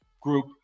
group